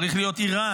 צריך להיות איראן,